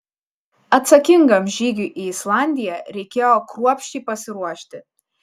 atsakingam žygiui į islandiją reikėjo kruopščiai pasiruošti